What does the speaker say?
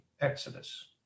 exodus